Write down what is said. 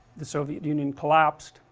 the soviet union collapsed,